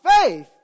faith